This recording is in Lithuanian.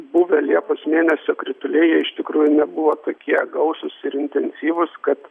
buvę liepos mėnesio krituliai jie iš tikrųjų nebuvo tokie gausūs ir intensyvūs kad